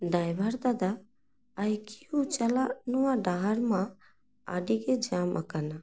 driver ᱫᱟᱫᱟ ᱟᱭᱠᱤᱭᱩ ᱪᱟᱞᱟᱜ ᱱᱚᱣᱟ ᱰᱟᱦᱟᱨ ᱢᱟ ᱟᱹᱰᱤᱜᱮ ᱡᱟᱢ ᱟᱠᱟᱱᱟ